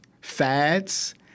fads